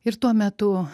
ir tuo metu